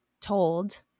told